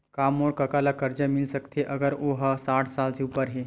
का मोर कका ला कर्जा मिल सकथे अगर ओ हा साठ साल से उपर हे?